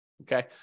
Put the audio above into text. Okay